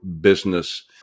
business